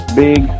big